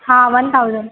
हां one thousand